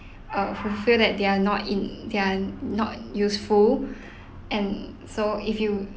err who feel that they are not in they are not useful and so if you